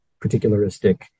particularistic